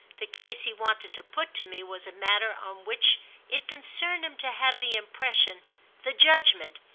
the case he wanted to put to me was a matter on which it concerned him to have the impression the judgement,